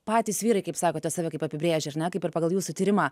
patys vyrai kaip sakote save kaip apibrėžia ar ne kaip ir pagal jūsų tyrimą